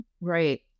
right